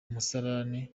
musarane